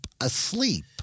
asleep